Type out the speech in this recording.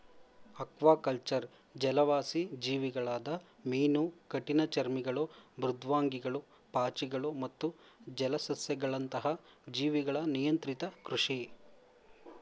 aquaculture ಜಲವಾಸಿ ಜೀವಿಗಳಾದ ಮೀನು ಕಠಿಣಚರ್ಮಿಗಳು ಮೃದ್ವಂಗಿಗಳು ಪಾಚಿಗಳು ಮತ್ತು ಜಲಸಸ್ಯಗಳಂತಹ ಜೀವಿಗಳ ನಿಯಂತ್ರಿತ ಕೃಷಿ